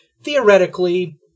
theoretically